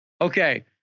Okay